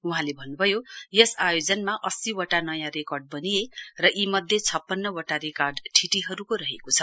वहाँले भऩ्नुभयो यस आयोजनमा अस्सीवटा नयाँ रेकर्ड बनिए र यी मध्ये छप्पन्नवटा रेकार्ड ठिटीहरुको रहेको छ